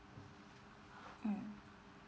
mm